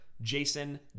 Jason